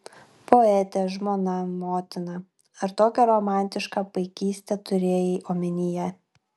poetė žmona motina ar tokią romantišką paikystę turėjai omenyje